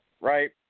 right